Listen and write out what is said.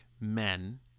men